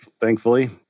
Thankfully